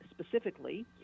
specifically